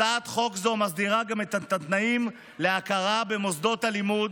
הצעת חוק זו מסדירה גם את התנאים להכרה במוסדות הלימוד